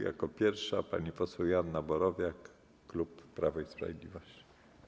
Jako pierwsza pani poseł Joanna Borowiak, klub Prawo i Sprawiedliwość.